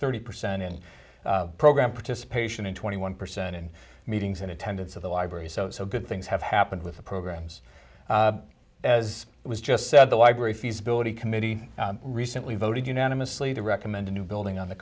thirty percent in program participation in twenty one percent in meetings and attendance of the library so so good things have happened with the programs as it was just said the library feasibility committee recently voted unanimously to recommend a new building on the